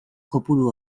kopuru